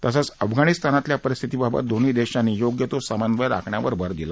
तसंच अफगाणिस्तानल्या परिस्थितीबाबत दोन्ही देशांनी योग्य तो समन्वय राखवण्यावर भर दिला